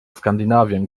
skandinavien